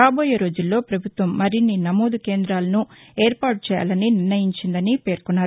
రాబోయే రోజుల్లో ప్రభుత్వం మరిన్ని నమోదు కేంద్రాలను ఏర్పాటు చేయాలని నిర్ణయించిందని పేర్కొన్నారు